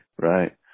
Right